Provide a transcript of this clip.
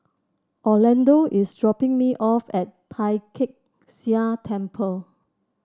Orlando is dropping me off at Tai Kak Seah Temple